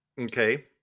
Okay